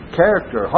character